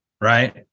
right